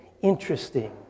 interesting